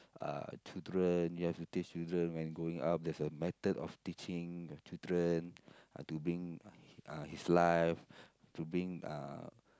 uh children you have to teach children when growing up there's a method of teaching your children to bring uh his life to bring uh